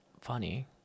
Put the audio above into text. funny